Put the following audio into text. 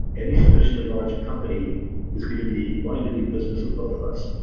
any sufficiently large company is going to be wanting to do business with both of us.